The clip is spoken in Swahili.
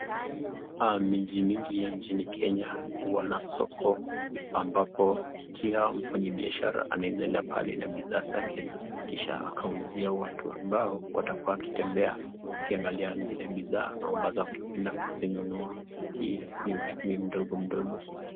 Miji mingi nchini Kenya huwa na soko ambapo kila mfanyibiashara anaweza enda pale na bidhaa zake kisha akauzia watu ambao watakuwa wakitembea wakiangalia zile bidhaa ambazo wangependa kuzinunua. Hii ni uchumi mdogo mdogo.